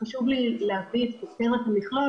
חשוב לי להביא את פרק המכלול,